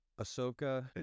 Ahsoka